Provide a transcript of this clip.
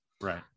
Right